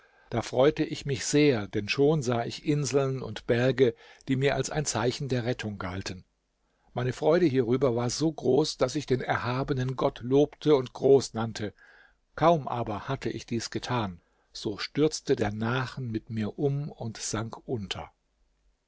da freute ich mich sehr denn schon sah ich inseln und berge die mir als ein zeichen der rettung galten meine freude hierüber war so groß daß ich den erhabenen gott lobte und groß nannte kaum aber hatte ich dies getan so stürzte der nachen mit mir um und sank unter